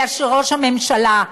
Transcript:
אלא שראש הממשלה,